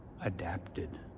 adapted